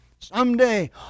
someday